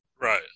Right